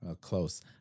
close